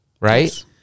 right